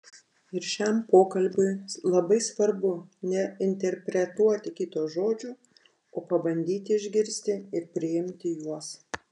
ir šiam pokalbiui labai svarbu neinterpretuoti kito žodžių o pabandyti išgirsti ir priimti juos